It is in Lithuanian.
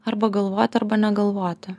arba galvoti arba negalvoti